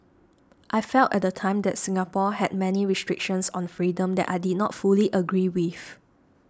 I felt at the time that Singapore had many restrictions on freedom that I did not fully agree with